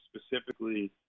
specifically